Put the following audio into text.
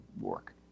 work